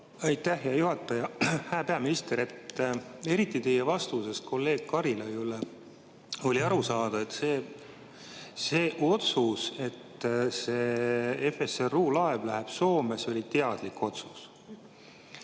Aitäh, hea juhataja! Hää peaminister! Eriti teie vastusest kolleeg Karilaiule oli aru saada, et see otsus, et FSRU-laev läheb Soome, oli teadlik.